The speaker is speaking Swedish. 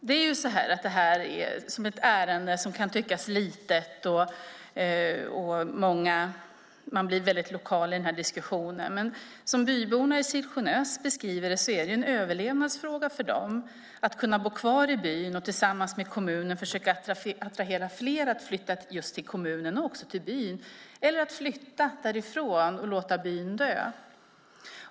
Det här är ett ärende som kan tyckas litet och att man blir väldigt lokal i diskussionen. Men som byborna i Silsjönäs beskriver det är det en överlevnadsfråga för dem, att kunna bo kvar i byn och tillsammans med kommunen försöka attrahera flera att flytta till kommunen och just till byn eller att flytta därifrån och låta byn dö.